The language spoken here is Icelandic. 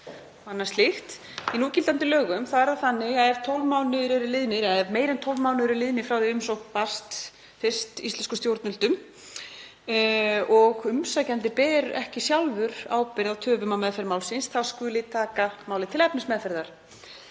annað slíkt. Í núgildandi lögum er það þannig að ef meira en 12 mánuðir eru liðnir frá því að umsókn barst fyrst íslenskum stjórnvöldum og umsækjandi ber ekki sjálfur ábyrgð á töfum á meðferð málsins skuli taka málið til efnismeðferðar.